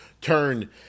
turn